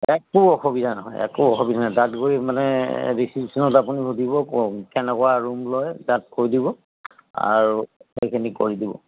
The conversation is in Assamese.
একো অসুবিধা নহয় একো অসুবিধা নাই তাত গৈ মানে ৰিচিপশ্যনত আপুনি সুধিব কেনেকুৱা ৰূম লয় তাত কৈ দিব আৰু সেইখিনি কৰি দিব